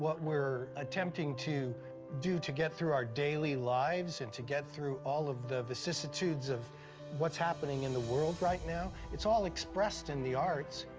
we're attempting to do to get through our daily lives and to get through all of the vicissitudes of what's happening in the world right now, it's all expressed in the arts.